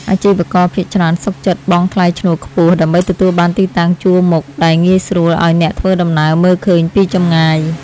អាជីវករភាគច្រើនសុខចិត្តបង់ថ្លៃឈ្នួលខ្ពស់ដើម្បីទទួលបានទីតាំងជួរមុខដែលងាយស្រួលឱ្យអ្នកធ្វើដំណើរមើលឃើញពីចម្ងាយ។